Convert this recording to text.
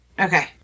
Okay